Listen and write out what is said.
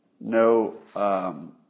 no